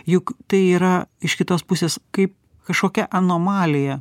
juk tai yra iš kitos pusės kaip kažkokia anomalija